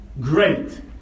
great